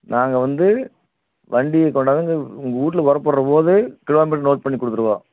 நாங்கள் வந்து வண்டியை கொண்டாந்து உங்கள் வீட்ல புறப்படறபோது கிலோமீட்டர் நோட் பண்ணி கொடுத்துருவோம்